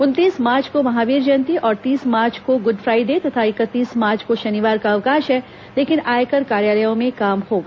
उनतीस मार्च को महावीर जयती और तीस मार्च को गुड फ्राईडे तथा इकतीस मार्च को शनिवार का अवकाश है लेकिन आयकर कार्यालयों में काम होगा